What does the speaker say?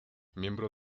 miembro